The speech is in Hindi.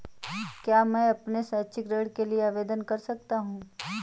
क्या मैं अपने शैक्षिक ऋण के लिए आवेदन कर सकता हूँ?